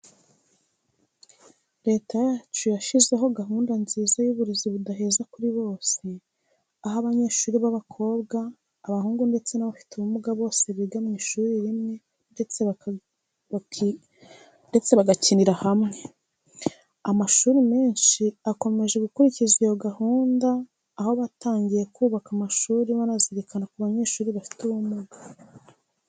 Leta yacu yashyizeho gahunda nziza y'uburezi budaheza kuri bose, aho abanyeshuri b'abakobwa, abahungu ndetse n'abafite ubumuga bose biga mu ishuri rimwe ndetse bagakinira hamwe. Amashuri menshi akomeje gukurikiza iyo gahunda aho banatangiye no kubaka amashuri banazirikana ku banyeshuri bafite ubumuga.